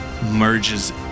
Merges